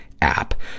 app